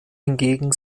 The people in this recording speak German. hingegen